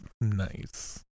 Nice